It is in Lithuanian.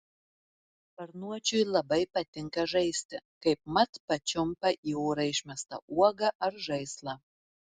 sparnuočiui labai patinka žaisti kaipmat pačiumpa į orą išmestą uogą ar žaislą